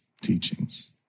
teachings